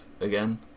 again